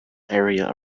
area